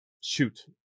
shoot